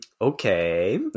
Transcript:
okay